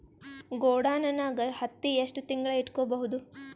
ಗೊಡಾನ ನಾಗ್ ಹತ್ತಿ ಎಷ್ಟು ತಿಂಗಳ ಇಟ್ಕೊ ಬಹುದು?